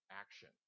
action